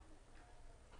דעה.